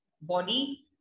body